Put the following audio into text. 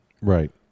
Right